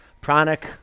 Pranic